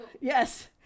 yes